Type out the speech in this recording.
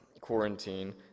quarantine